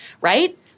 Right